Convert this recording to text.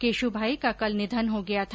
केशुभाई का कल निधन हो गया था